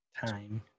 time